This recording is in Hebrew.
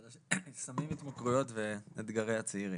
סמים, התמכרויות ואתגרי הצעירים.